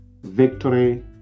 Victory